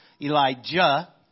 Elijah